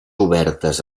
obertes